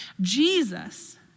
Jesus